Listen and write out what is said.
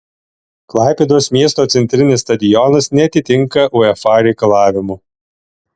klaipėdos miesto centrinis stadionas neatitinka uefa reikalavimų